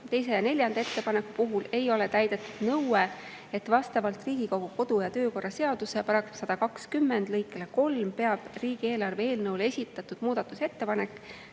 teise ja neljanda ettepaneku puhul ei ole täidetud nõue, et vastavalt Riigikogu kodu‑ ja töökorra seaduse § 120 lõikele 3 peab riigieelarve eelnõu kohta esitatud muudatusettepanek